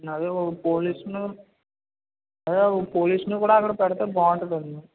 అదే ఒక పోలీసును అదే ఒక పోలీసులను కూడా అక్కడ పెడితే బాగుంటుంది అండి